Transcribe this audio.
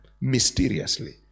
mysteriously